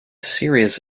serious